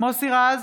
מוסי רז,